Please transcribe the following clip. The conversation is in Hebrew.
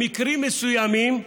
במקרים מסוימים,